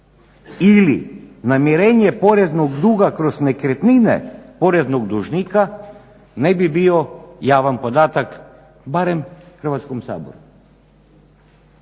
ili namirenje poreznog duga kroz nekretnine poreznog dužnika ne bi bio javan podatak barem Hrvatskom saboru.